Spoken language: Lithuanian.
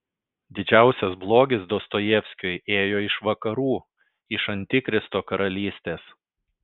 didžiausias blogis dostojevskiui ėjo iš vakarų iš antikristo karalystės